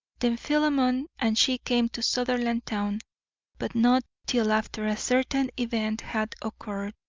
then philemon and she came to sutherlandtown but not till after a certain event had occurred,